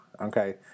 Okay